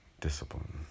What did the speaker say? Discipline